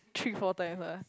three four times ah